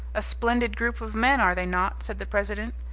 a splendid group of men, are they not? said the president.